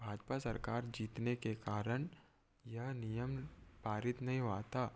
भाजपा सरकार जीतने के कारण यह नियम पारित नहीं हुआ था